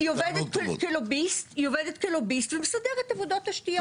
נת"ע עובדת כלוביסט ומסדרת עבודות תשתיות.